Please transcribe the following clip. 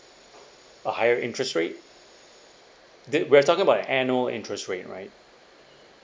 a higher interest rate that we're talking about annual interest rate right